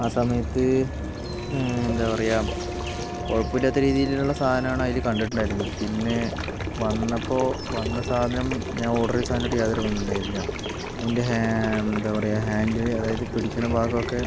ആ സമയത്ത് എന്താ പറയുക കുഴപ്പമില്ലാത്ത രീതിയിലുള്ള സാധനമാണ് അതിൽ കണ്ടിട്ടുണ്ടായിരുന്നത് പിന്നെ വന്നപ്പോൾ വന്ന സാധനം ഞാൻ ഓർഡർ ചെയ്ത സാധനവുമായിട്ട് യാതൊരു ബന്ധവും ഉണ്ടായിരുന്നില്ല അതിൻ്റെ എന്താ പറയുക ഹാൻഡിൽ അതായത് പിടിക്കുന്ന ഭാഗമൊക്കെ